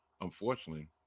unfortunately